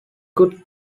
good